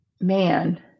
man